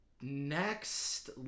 next